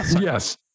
Yes